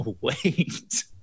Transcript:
wait